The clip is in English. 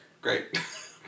Great